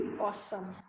awesome